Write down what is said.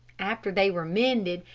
after they were mended,